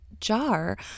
jar